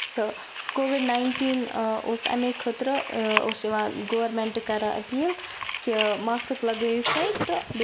تہٕ covid nineteen اوس اَمے خٲطرٕ اوس یِوان گورمینٹہٕ کَران اپیٖل کہِ ماسٕک لَگٲوِو سا تہٕ بیٚیہِ